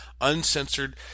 uncensored